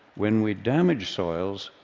when we damage soils,